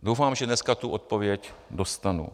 Doufám, že dneska tu odpověď dostanu.